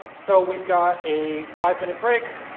so we've got a five minute break.